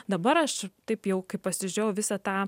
dabar aš taip jau kaip pasižiūrėjau visą tą